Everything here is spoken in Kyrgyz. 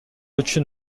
үчүн